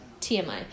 tmi